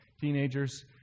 teenagers